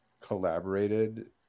collaborated